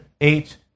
eight